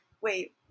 wait